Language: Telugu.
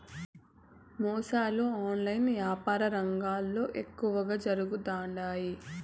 మోసాలు ఆన్లైన్ యాపారంల ఎక్కువగా జరుగుతుండాయి